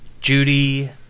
Judy